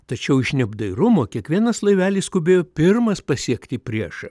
tačiau iš neapdairumo kiekvienas laivelis skubėjo pirmas pasiekti priešą